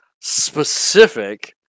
specific